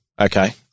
Okay